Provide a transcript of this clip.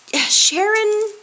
Sharon